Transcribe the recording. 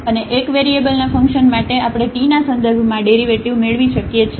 અને 1 વેરીએબલના ફંકશન માટે આપણે t ના સંદર્ભમાં ડેરિવેટિવ મેળવી શકીએ છીએ